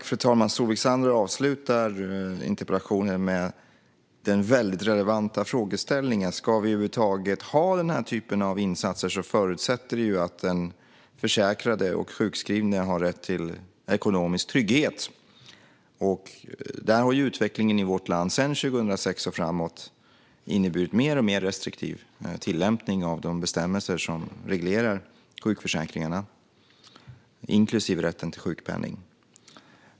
Fru talman! Solveig Zander avslutar interpellationen med en relevant frågeställning. Om vi över huvud taget ska ha den här typen av insatser förutsätter det att den försäkrade och sjukskrivna har rätt till ekonomisk trygghet. Utvecklingen i vårt land har sedan 2006 och framåt inneburit en alltmer restriktiv tillämpning av de bestämmelser som reglerar sjukförsäkringarna, inklusive rätten till sjukpenning.